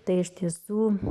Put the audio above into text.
tai iš tiesų